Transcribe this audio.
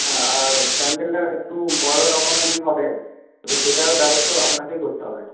হ্যাঁ আর প্যান্ডেলটা একটু বড় রকমেরই হবে তো সেটারও ব্যবস্থা আপনাকেই করতে হবে